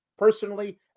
Personally